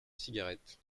cigarette